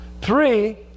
Three